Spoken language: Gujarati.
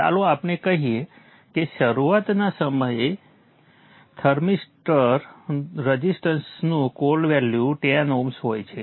ચાલો આપણે કહીએ કે શરુઆતના સમયે થર્મિસ્ટર રઝિસ્ટન્સનું કોલ્ડ વેલ્યુ 10Ω હોય છે